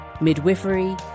midwifery